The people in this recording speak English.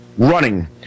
Running